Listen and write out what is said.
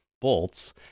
bolts-